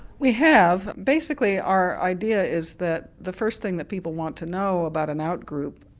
we have basically our idea is that the first thing that people want to know about an out-group,